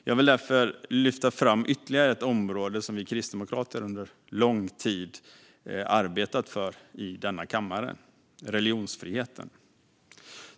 Jag vill därför lyfta fram ytterligare ett område som vi kristdemokrater under lång tid har arbetat för i denna kammare, nämligen religionsfriheten.